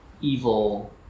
evil